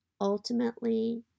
Ultimately